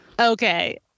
Okay